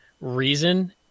reason